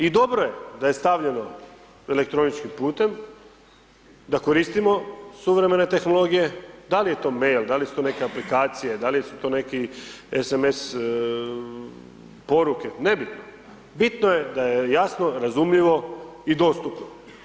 I dobro je da je stavljeno elektroničkim putem, da koristimo suvremene tehnologije, da li je to mail, da li su to neke aplikacije, da li su to neki SMS poruke, nebitno, bitno je da je jasno, razumljivo i dostupno.